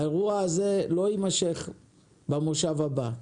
האירוע הזה לא יימשך במושב הבא,